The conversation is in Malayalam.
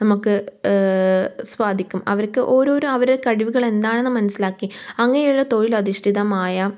നമുക്ക് സാധിക്കും അവർക്ക് ഓരോ ഓരോ അവരെ കഴിവുകൾ എന്താണെന്ന് മനസ്സിലാക്കി അങ്ങനെയൊരു തൊഴിൽ അധിഷ്ഠിതമായ